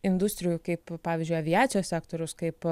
industrijų kaip pavyzdžiui aviacijos sektorius kaip